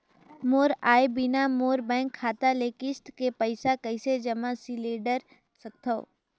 मोर आय बिना मोर बैंक खाता ले किस्त के पईसा कइसे जमा सिलेंडर सकथव?